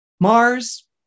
Mars